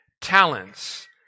talents